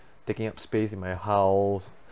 taking up space in my house